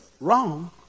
wrong